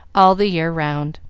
all the year round.